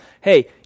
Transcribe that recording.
hey